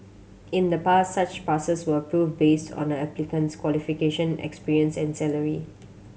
in the past such passes were approved based on a applicant's qualification experience and salary